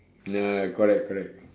ya correct correct